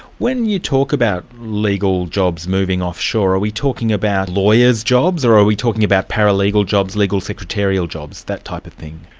when you talk about legal jobs moving offshore, are we talking about lawyers' jobs, or are we talking about paralegal jobs, legal secretarial jobs, that type of thing?